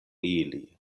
ili